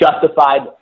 Justified